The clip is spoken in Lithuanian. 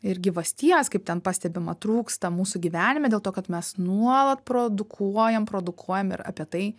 ir gyvasties kaip ten pastebima trūksta mūsų gyvenime dėl to kad mes nuolat produkuojam produkuojam ir apie tai